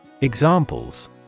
Examples